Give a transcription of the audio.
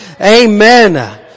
Amen